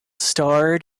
starred